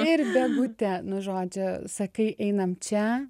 ir bėgute nu žodžiu sakai einam čia